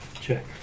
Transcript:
check